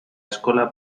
eskola